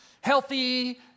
healthy